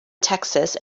texas